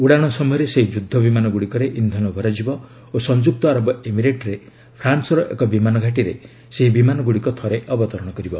ଉଡ଼ାଣ ସମୟରେ ସେହି ଯୁଦ୍ଧ ବିମାନଗୁଡ଼ିକରେ ଇନ୍ଧନ ଭରାଯିବ ଓ ସଂଯୁକ୍ତ ଆରବ ଏମିରେଟ୍ରେ ଫ୍ରାନ୍କର ଏକ ବିମାନଘାଟିରେ ସେହି ବିମାନଗୁଡ଼ିକ ଥରେ ଅବତରଣ କରିବ